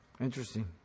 Interesting